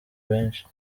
benshi